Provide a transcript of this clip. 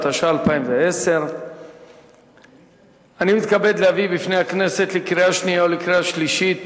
התשע"א 2010. אני מתכבד להביא בפני הכנסת לקריאה שנייה ולקריאה שלישית